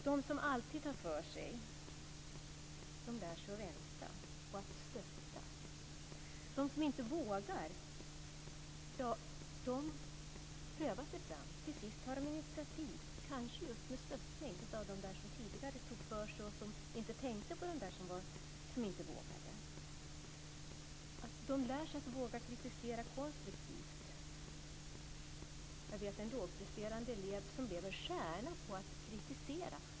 De som alltid tar för sig lär sig att vänta, att stötta. De som inte vågar prövar sig fram. Till sist tar de initiativ, kanske just med hjälp av stöttning från den som tidigare tog för sig och inte tänkte på den som inte vågade. De lär sig att våga kritisera konstruktivt. Jag vet en lågpresterande elev som blev en stjärna på att kritisera.